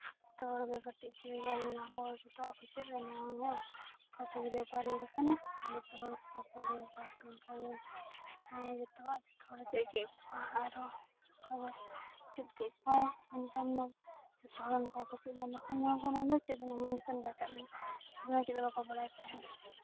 ᱡᱚᱛᱚ ᱚᱲ ᱜᱮ ᱠᱟᱹᱴᱤᱡ ᱪᱤᱨᱜᱟᱹᱞ ᱮᱱᱟ ᱵᱚᱱ ᱱᱤᱛᱚᱜ ᱟᱵᱚ ᱪᱮᱫ ᱵᱮᱯᱟᱨᱤᱭᱟᱹ ᱠᱟᱱᱟ ᱥᱮ ᱡᱚᱛᱚ ᱦᱚᱲ ᱡᱚᱛᱚᱣᱟᱜ ᱪᱮᱫ ᱜᱮ ᱟᱨᱦᱚᱸ ᱪᱮᱫ ᱠᱮᱫ ᱠᱷᱟᱱ ᱱᱮᱛᱟᱨ ᱫᱚ ᱡᱚᱛᱚ ᱦᱚᱲ ᱵᱟᱠᱚ ᱪᱮᱫ ᱮᱫᱟ ᱵᱟᱠᱷᱟᱱ ᱫᱚ ᱪᱮᱫ ᱦᱚᱸ ᱵᱟᱠᱚ ᱵᱟᱲᱟᱭ ᱛᱟᱦᱮᱱ